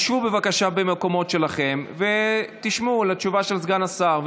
שבו בבקשה במקומות שלכם ותשמעו את תשובת סגן השר.